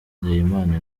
nizeyimana